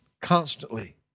constantly